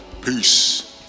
Peace